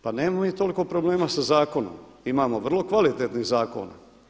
Pa nemamo mi toliko problema sa zakonom, imamo vrlo kvalitetnih zakona.